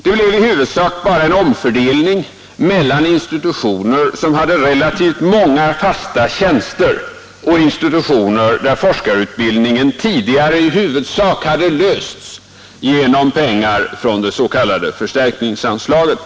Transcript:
Det blev i huvudsak bara en omfördelning mellan institutioner som hade relativt många fasta tjänster och institutioner där forskarutbildningen tidigare i huvudsak hade lösts genom pengar från det s.k. förstärkningsanslaget.